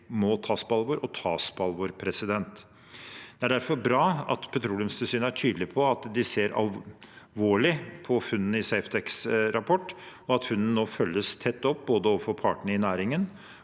må tas på alvor og tas på alvor. Det er derfor bra at Petroleumstilsynet er tydelig på at de ser alvorlig på funnene i Safetecs rapport, og at funnene nå følges tett opp både overfor partene i næringen